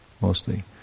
mostly